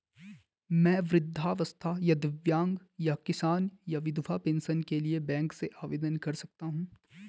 मैं वृद्धावस्था या दिव्यांग या किसान या विधवा पेंशन के लिए बैंक से आवेदन कर सकता हूँ?